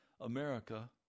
America